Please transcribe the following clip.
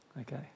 Okay